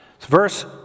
Verse